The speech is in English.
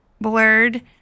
blurred